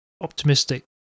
optimistic